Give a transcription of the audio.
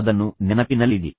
ಆದ್ದರಿಂದ ಅದನ್ನು ನೆನಪಿನಲ್ಲಿಡಿ